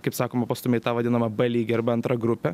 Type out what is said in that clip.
kaip sakoma pastumi į tą vadinamą b lygį arba antrą grupę